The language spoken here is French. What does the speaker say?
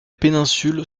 péninsule